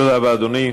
תודה רבה, אדוני.